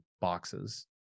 boxes